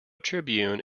tribune